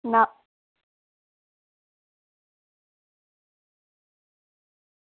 नांह्